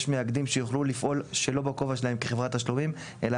יש מאגדים שיוכלו לפעול שלא בכובע שלהם כחברת תשלומים אלא